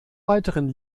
weiteren